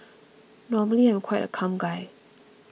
normally I'm quite a calm guy